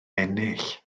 ennill